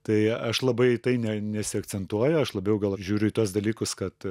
tai aš labai į tai ne nesiakcentuoju aš labiau gal žiūriu į tuos dalykus kad